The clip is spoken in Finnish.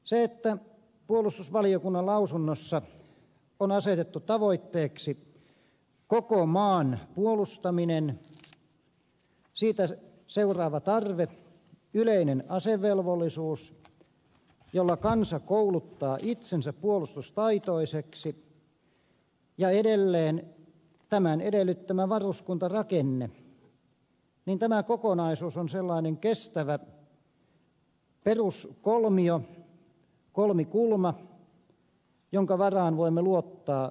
se että puolustusvaliokunnan lausunnossa on asetettu tavoitteeksi koko maan puolustaminen siitä seuraava tarve yleinen asevelvollisuus jolla kansa kouluttaa itsensä puolustustaitoiseksi ja edelleen tämän edellyttämä varuskuntarakenne niin tämä kokonaisuus on sellainen kestävä peruskolmio kolmikulma jonka varaan voimme luottaa maanpuolustuksen